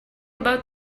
about